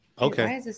Okay